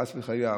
חס וחלילה,